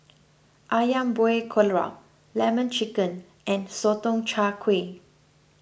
Ayam Buah Keluak Lemon Chicken and Sotong Char Kway